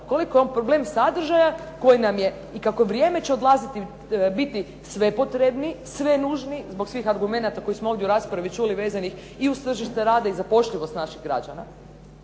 koliko je on problem sadržaja koji nam je kako vrijeme će odlaziti će biti sve potrebniji, sve nužniji zbog svih argumenata koje smo ovdje u raspravi čuli vezanih i uz tržište rada i zapošljivost naših građana.